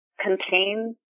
contain